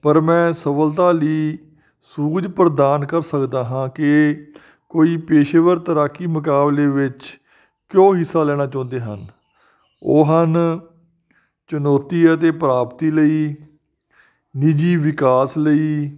ਪਰ ਮੈਂ ਸਹੂਲਤ ਲਈ ਸੂਝ ਪ੍ਰਦਾਨ ਕਰ ਸਕਦਾ ਹਾਂ ਕਿ ਕੋਈ ਪੇਸ਼ੇਵਰ ਤੈਰਾਕੀ ਮੁਕਾਬਲੇ ਵਿੱਚ ਕਿਉਂ ਹਿੱਸਾ ਲੈਣਾ ਚਾਹੁੰਦੇ ਹਨ ਉਹ ਹਨ ਚੁਣੌਤੀ ਅਤੇ ਪ੍ਰਾਪਤੀ ਲਈ ਨਿੱਜੀ ਵਿਕਾਸ ਲਈ